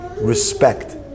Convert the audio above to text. respect